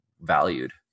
valued